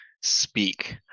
Speak